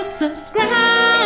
subscribe